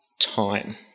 time